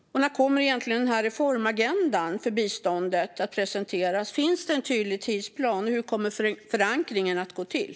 När kommer egentligen reformagendan för biståndet att presenteras? Finns det en tydlig tidsplan? Hur kommer förankringen att gå till?